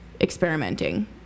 experimenting